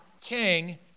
king